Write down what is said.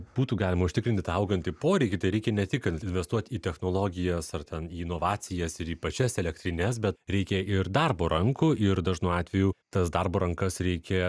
būtų galima užtikrinti tą augantį poreikį tai reikia ne tik kad investuot į technologijas ar ten inovacijas ir į pačias elektrines bet reikia ir darbo rankų ir dažnu atveju tas darbo rankas reikia